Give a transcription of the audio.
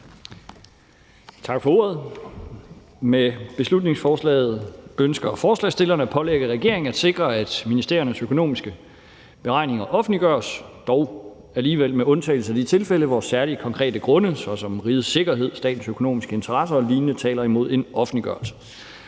Tak for ordet. Med beslutningsforslaget ønsker forslagsstillerne at pålægge regeringen at sikre, at ministeriernes økonomiske beregninger offentliggøres, dog alligevel med undtagelse af de tilfælde, hvor særlige konkrete grunde såsom rigets sikkerhed, statens økonomiske interesser og lignende taler imod en offentliggørelse.